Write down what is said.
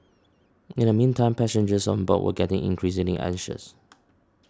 in the meantime passengers on board were getting increasingly anxious